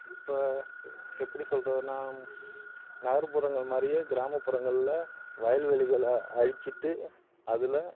இப்போ எ எப்படி சொல்கிறதுன்னா நகர்புறங்கள் மாதிரியே கிராமப்புறங்கள்ல வயல்வெளிகளை அழிச்சிட்டு அதில்